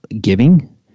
giving